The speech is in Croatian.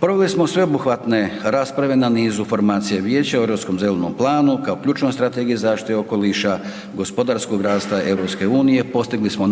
Proveli smo sveobuhvatne rasprave na nizu formacija i vijeća o europskom zelenom planu kao ključne strategije zaštite okoliša, gospodarskog rasta EU, postigli smo